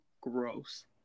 gross